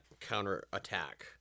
counterattack